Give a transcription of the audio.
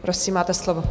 Prosím, máte slovo.